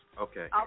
Okay